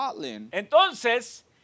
Entonces